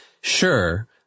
Sure